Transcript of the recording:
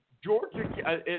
Georgia